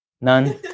None